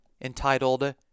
entitled